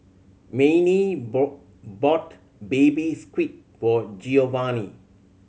Mannie bought Baby Squid for Giovanni